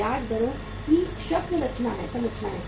ब्याज दरों की शब्द संरचना है